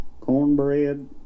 cornbread